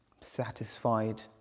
satisfied